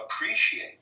appreciate